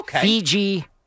Fiji